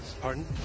pardon